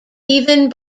even